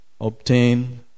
obtain